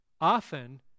often